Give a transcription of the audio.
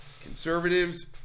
Conservatives